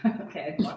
Okay